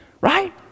Right